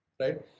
right